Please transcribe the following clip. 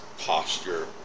posture